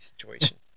situation